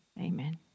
Amen